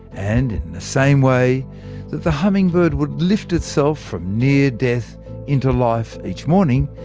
and, in the same way that the hummingbird would lift itself from near death into life each morning,